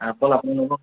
অকল আপোনালোকক